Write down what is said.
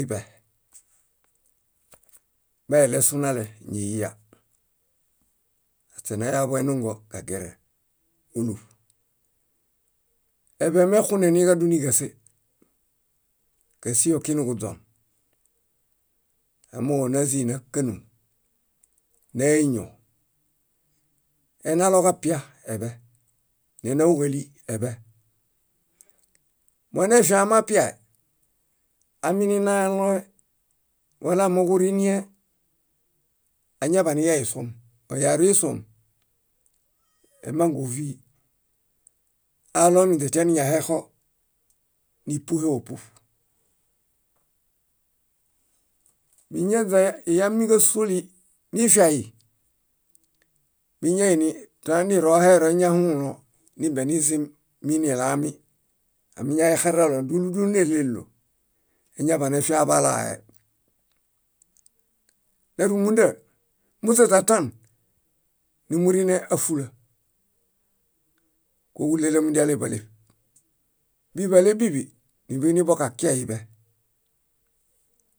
iḃe. Meilesunale, ñiyya. Aśe nayaḃu enungo, kagere, óluṗ. Eḃe mexuneniġadu níġase. Kásii okinuġuźon, amooġo náziinakanum, náeño, enaloġapie, eḃe, nénauġali eḃe. Monefiamiapia, amininaloe wala moġurinie, añaḃaniyaisuom oyaruisuom, emangu óvii. Aaɭomi inźetianiñahexo, nípuheopuṗ. Míñaźaiyamiġasuoli nifiai, niñainitoanirohero iñahũlõ nembeniziminilaami. Amiñahexararalo dúlu dúlu néɭelo, eñaḃanefiaḃalae. Nárumunda, muźaźatan, nimurine áfula, kóġuɭelomidialeḃáleṗ. Bíḃalebiḃi, ãóniḃuiniboġakiaiḃe.